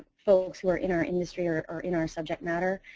folks who are in our industry or or in our subject matter.